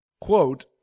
quote